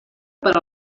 per